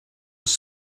was